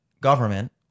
government